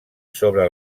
sobre